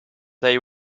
they